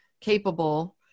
capable